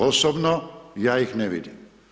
Osobno, ja ih ne vidim.